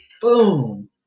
Boom